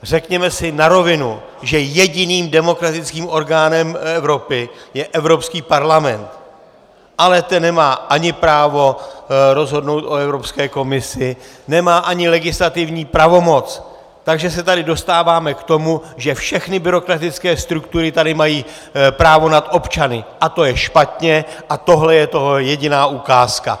Řekněme si na rovinu, že jediným demokratickým orgánem Evropy je Evropský parlament, ale ten nemá ani právo rozhodnout o Evropské komisi, nemá ani legislativní pravomoc, takže se tady dostáváme k tomu, že všechny byrokratické struktury tady mají právo nad občany, a to je špatně a tohle je toho jediná ukázka.